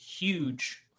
huge